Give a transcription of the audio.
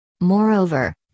Moreover